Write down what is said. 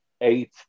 eight